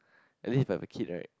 at least if I have a kid right